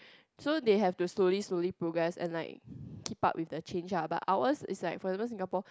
so they have to slowly slowly progress and like keep up with the change ah but ours is like for example Singapore